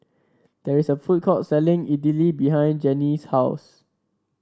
there is a food court selling Idili behind Genie's house